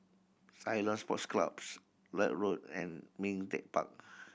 Ceylon Sports Clubs Lloyd Road and Ming Teck Park